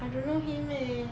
I don't know him leh